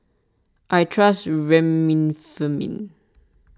I trust Remifemin